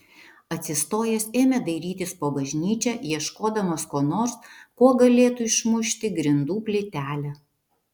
atsistojęs ėmė dairytis po bažnyčią ieškodamas ko nors kuo galėtų išmušti grindų plytelę